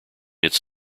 its